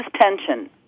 tension